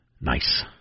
Nice